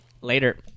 Later